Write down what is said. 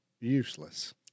useless